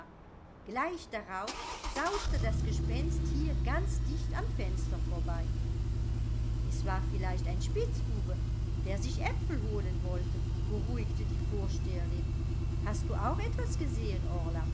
gleich darauf sauste das gespenst hier ganz dicht am fenster vorbei es war vielleicht ein spitzbube der sich aepfel holen wollte beruhigte die vorsteherin hast du auch etwas gesehen